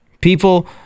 people